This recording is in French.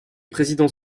présidents